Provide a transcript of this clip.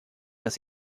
dass